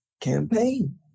campaign